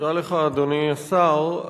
תודה לך, אדוני השר.